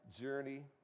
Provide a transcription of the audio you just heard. journey